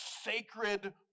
sacred